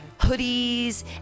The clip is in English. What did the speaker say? hoodies